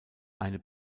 eine